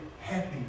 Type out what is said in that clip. happy